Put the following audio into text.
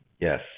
Yes